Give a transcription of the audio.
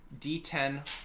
d10